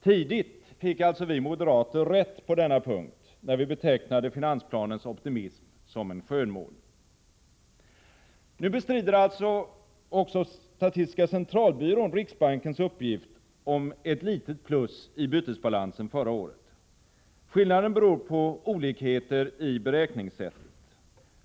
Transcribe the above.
Tidigt fick alltså vi moderater rätt på denna punkt, när vi betecknade finansplanens optimism som en skönmålning. Nu bestrider alltså även statistiska centralbyrån riksbankens uppgift om ett litet plus i bytesbalansen förra året. Skillnaden beror på olikheter i beräkningssättet.